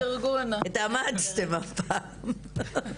כן, התאמצתם הפעם.